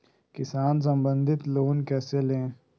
किसान संबंधित लोन कैसै लिये?